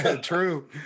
true